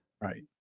Right